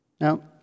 Now